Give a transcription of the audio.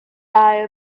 eye